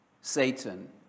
Satan